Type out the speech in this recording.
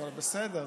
אבל בסדר,